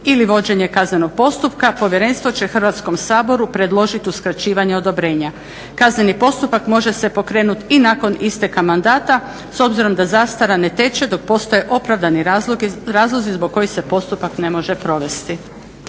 ili vođenje kaznenog postupka, povjerenstvo će Hrvatskom saboru predložit uskraćivanje odobrenja. Kazneni postupak može se pokrenut i nakon isteka mandata, s obzirom da zastara ne teče dok postoje opravdani razlozi zbog kojih se postupak ne može provesti.